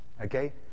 Okay